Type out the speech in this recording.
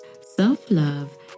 self-love